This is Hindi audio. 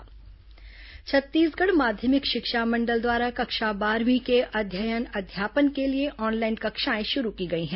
माशिमं ऑनलाइन क्लास छत्तीसगढ़ माध्यमिक शिक्षा मंडल द्वारा कक्षा बारहवीं के अध्ययन अध्यापन के लिए ऑनलाइन कक्षाएं शुरू की गई हैं